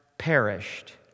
perished